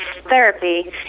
therapy